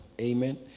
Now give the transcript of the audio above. Amen